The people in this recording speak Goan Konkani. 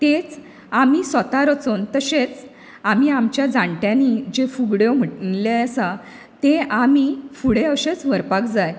तेच आमी स्वता रचोन तशेंच आमी आमच्या जाण्ट्यांनी जें फुगड्यो म्हटलें आसा ते आमी फुडें अशेंच व्हरपाक जाय